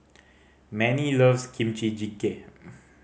Manie loves Kimchi Jjigae